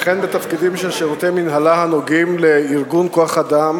וכן בתפקידים של שירותי מינהלה הנוגעים בארגון כוח-אדם